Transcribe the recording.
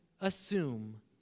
assume